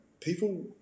people